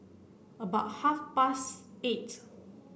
about half past eight